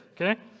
okay